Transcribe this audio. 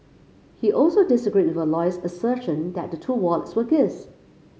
he also disagreed with her lawyer's assertion that the two wallets were gifts